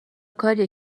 کاریه